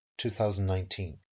2019